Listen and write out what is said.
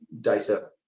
data